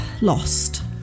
lost